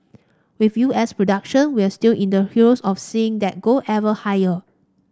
with U S production we're still in the throes of seeing that go ever higher